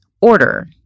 order